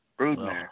Broodmare